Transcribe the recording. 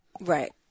Right